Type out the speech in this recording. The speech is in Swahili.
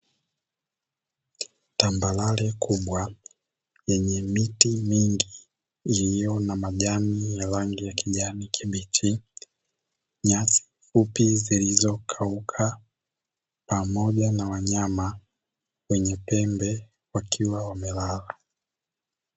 Tambarare kubwa yenye miti mingi iliyo na majani ya rangi ya kijani kibichi, nyasi fupi zilizokauka pamoja na wanyama wenye pembe wakiwa wamelala.